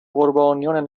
قربانیان